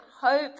hope